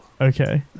Okay